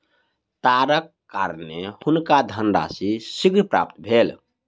तारक कारणेँ हुनका धनराशि शीघ्र प्राप्त भेल